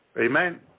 Amen